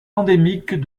endémique